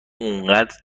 اونقدر